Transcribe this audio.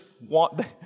want